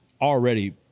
already